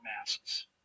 masks